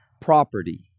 property